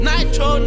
Nitro